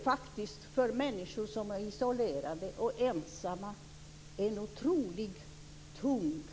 För människor som är isolerade och ensamma är det faktiskt en otroligt tung, tom tid.